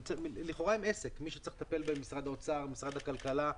שלכאורה הם עסק ומי שצריך לטפל בהם זה משרד האוצר ומשרד הכלכלה,